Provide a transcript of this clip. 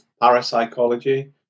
parapsychology